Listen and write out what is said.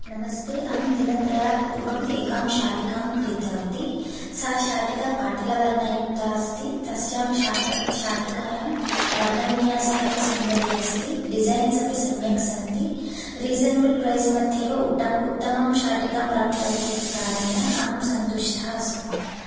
नमस्ते अहं दिनत्रयात् पूर्वम् एकां शाटिकां क्रीतवति सा शाटिका पाटलवर्णयुक्ता अस्ति तस्यां शाटक शाटिकायां वर्णविन्यासः अपि सुन्दरी अस्ति डिज़ैन्स् अपि सम्यक् सन्ति रिज़नेबल् प्रैस् मध्येव उटम उत्तमं शाटिकाम् प्राप्तवती इति कारणेन अहं सन्तुष्ठा अस्मि